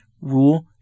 rule